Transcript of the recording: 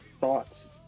thoughts